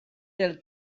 del